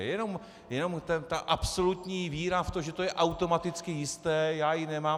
Jenom ta absolutní víra v to, že to je automaticky jisté, já ji nemám.